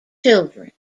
children